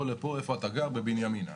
גר בבנימינה.